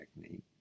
technique